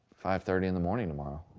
five thirty in the morning tomorrow.